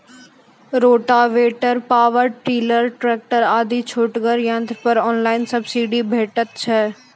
Rotavator, power tiller, tractor आदि छोटगर यंत्र पर ऑनलाइन सब्सिडी भेटैत छै?